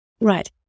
Right